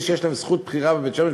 אלה שיש להם זכות בחירה בבית-שמש,